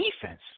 defense